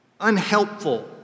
unhelpful